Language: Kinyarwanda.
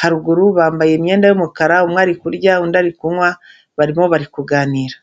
haruguru bambaye imyenda y'umukara, umwe ari kurya, undi ari kunywa barimo bari kuganira.